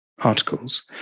articles